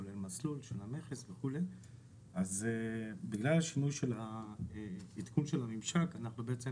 כולל מסלול אז בגלל השימוש בעדכון של הממשק אנחנו בעצם